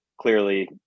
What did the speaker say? clearly